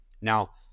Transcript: Now